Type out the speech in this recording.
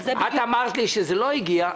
את אמרת לי שזה לא הגיע,